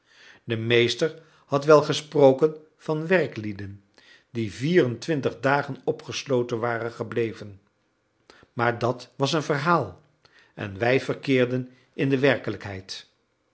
de meester had wel gesproken van werklieden die vier en twintig dagen opgesloten waren gebleven maar dat was een verhaal en wij verkeerden in de werkelijkheid